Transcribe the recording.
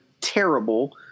terrible